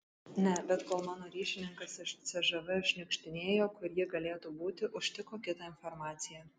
ne bet kol mano ryšininkas iš cžv šniukštinėjo kur ji galėtų būti užtiko kitą informaciją